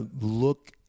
look